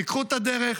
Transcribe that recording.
תיקחו את הדרך,